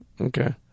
Okay